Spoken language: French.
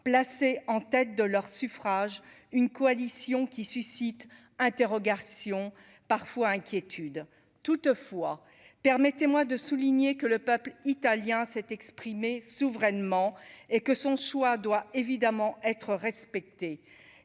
placé en tête de leurs suffrages, une coalition qui suscite interrogations parfois inquiétude toutefois, permettez-moi de souligner que le peuple italien s'est exprimée souverainement et que son choix doit évidemment être respectée,